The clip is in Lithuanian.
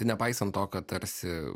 nepaisant to kad tarsi